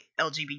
LGBT